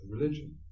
religion